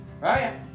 Right